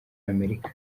amerika